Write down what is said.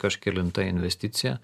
kažkelinta investicija